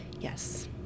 Yes